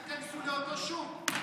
לפחות אל תיכנסו לאותו שוק,